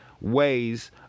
Ways